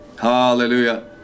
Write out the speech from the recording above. Hallelujah